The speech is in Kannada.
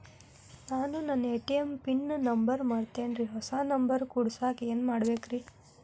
ನಾನು ನನ್ನ ಎ.ಟಿ.ಎಂ ಪಿನ್ ನಂಬರ್ ಮರ್ತೇನ್ರಿ, ಹೊಸಾ ನಂಬರ್ ಕುಡಸಾಕ್ ಏನ್ ಮಾಡ್ಬೇಕ್ರಿ?